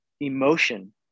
emotion